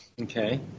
Okay